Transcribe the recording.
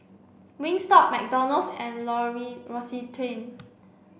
Wingstop McDonald's and L'Occitane